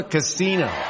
Casino